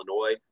Illinois